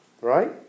right